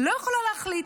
לא יכולה להחליט,